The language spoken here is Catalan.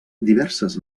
diverses